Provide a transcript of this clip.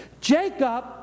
Jacob